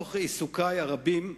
מתוך עיסוקי הציבוריים הרבים,